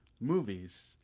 movies